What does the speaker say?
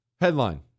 Headline